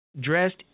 dressed